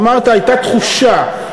אמרת: הייתה תחושה.